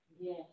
Yes